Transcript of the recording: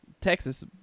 Texas